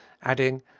adding,